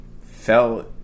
fell